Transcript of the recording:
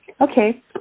Okay